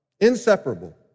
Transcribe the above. inseparable